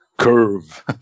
Curve